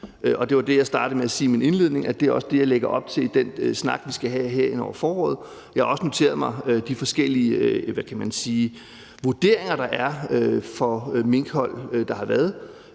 Det var det, jeg startede med at sige i min indledning, altså at det også er det, jeg lægger op til i den snak, vi skal have her hen over foråret. Jeg har også noteret mig de forskellige, hvad kan man sige, vurderinger af minkhold, der har været.